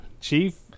Chief